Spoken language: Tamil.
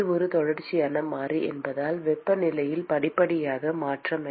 இது ஒரு தொடர்ச்சியான மாறி என்பதால் வெப்பநிலையில் படிப்படியாக மாற்றம் இருக்க வேண்டும்